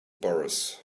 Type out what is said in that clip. boris